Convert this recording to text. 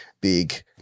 big